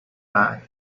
bad